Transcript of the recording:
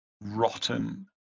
Rotten